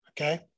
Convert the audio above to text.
Okay